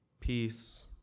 peace